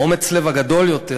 אומץ הלב הגדול יותר